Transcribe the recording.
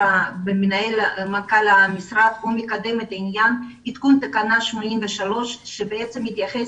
מנכ"ל המשרד מקדם את עדכון תקנה 83 שמתייחסת